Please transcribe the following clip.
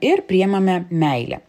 ir priimame meilę